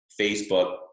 Facebook